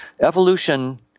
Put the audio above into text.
evolution